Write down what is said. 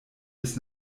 bis